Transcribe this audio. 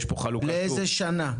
לאיזו שנה?